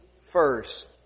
first